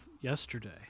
yesterday